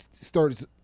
starts